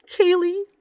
Kaylee